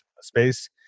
space